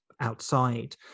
outside